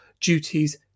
duties